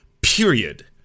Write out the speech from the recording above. period